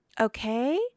Okay